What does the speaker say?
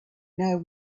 know